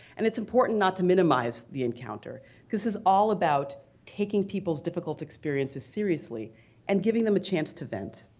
and it's important not to minimize the encounter because this is all about taking people's difficult experiences seriously and giving them a chance to vent.